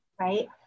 right